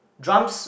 drums